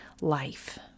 life